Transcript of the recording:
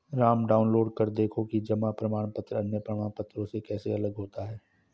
Ram download कर देखो कि जमा प्रमाण पत्र अन्य प्रमाण पत्रों से कैसे अलग होता है?